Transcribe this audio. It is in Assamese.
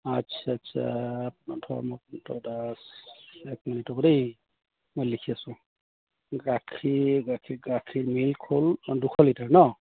আচ্ছা আচ্ছা আপোনাৰ ধৰ্মকান্ত দাস এক মিনিট ৰ'ব দেই মই লিখি আছোঁ গাখীৰ গাখীৰ গাখীৰ মিল্ক হ'ল দুশ লিটাৰ ন